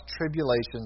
tribulations